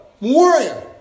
warrior